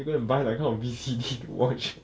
we go and buy like kind of V_C_D to watch